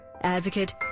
advocate